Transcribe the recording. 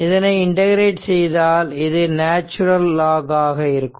இதனை இன்டகிரேட் செய்தால் இது நேச்சுரல் லாக் ஆக இருக்கும்